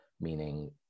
meaning